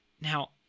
Now